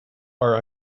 are